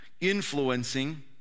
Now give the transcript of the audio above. influencing